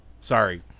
Sorry